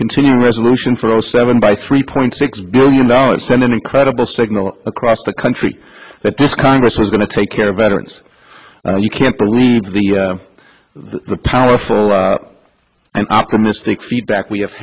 continuing resolution for zero seven by three point six billion dollars send an incredible signal across the country that this congress is going to take care of veterans and you can't believe the the powerful and optimistic feedback we have